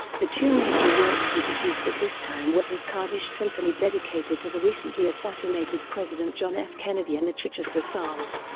the two major works he produced at this time were his kaddish symphony dedicated to the recently assassinated president john f. kennedy and the chichester psalms,